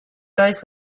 goes